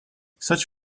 such